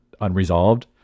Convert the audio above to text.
unresolved